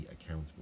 accountable